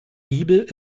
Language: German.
giebel